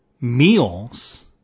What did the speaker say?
meals